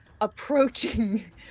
approaching